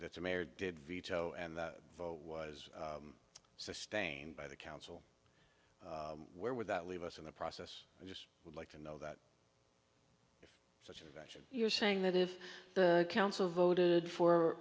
the mayor did veto and the vote was sustained by the council where would that leave us in the process i just would like to know that actually you're saying that if the council voted for